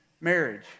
marriage